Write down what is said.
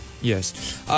yes